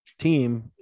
team